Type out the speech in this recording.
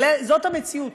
זאת המציאות.